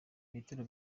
ibitero